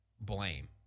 blame